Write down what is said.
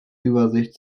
übersicht